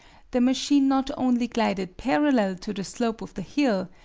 the machine not only glided parallel to the slope of the hill,